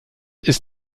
ist